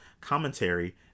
commentary